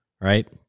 right